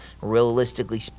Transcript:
realistically